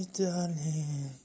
darling